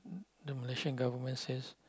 the Malaysian government says